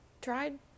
tried